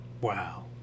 Wow